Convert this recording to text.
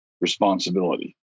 responsibility